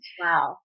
Wow